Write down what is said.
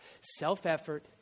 Self-effort